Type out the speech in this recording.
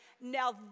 now